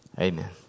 Amen